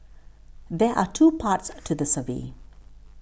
there are two parts to the survey